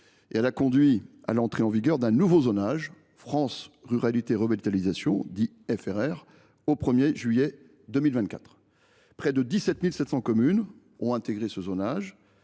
et a conduit à l’entrée en vigueur d’un nouveau zonage, France Ruralité et Revitalisation, au 1 juillet 2024. Près de 17 700 communes ont intégré ce zonage,